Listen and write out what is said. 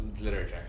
Literature